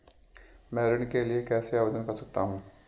मैं ऋण के लिए कैसे आवेदन कर सकता हूं?